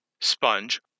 Sponge